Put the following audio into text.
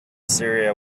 syria